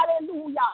hallelujah